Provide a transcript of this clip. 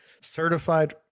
certified